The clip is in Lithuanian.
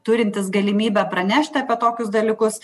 turintys galimybę pranešti apie tokius dalykus